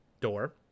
door